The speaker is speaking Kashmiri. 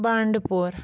بَنٛڈٕپوٗر